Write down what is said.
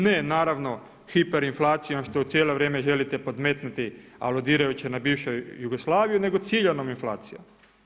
Ne naravno hiper inflacijom što cijelo vrijeme želite podmetnuti aludirajući na bivšu Jugoslaviju nego ciljanom inflacijom.